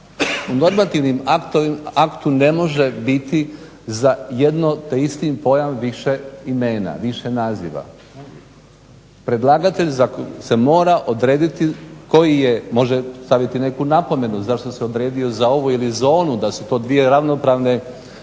Normativnim aktom ne može biti za jedan te isti pojam više imena, više naziva. Predlagatelj se mora odrediti koji je, može staviti neku napomenu zašto se odredio za ovu ili za onu, da su to dva ravnopravna izraza.